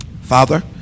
Father